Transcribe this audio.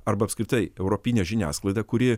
arba apskritai europinė žiniasklaida kuri